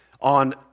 On